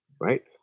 right